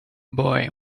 boy